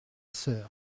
soeur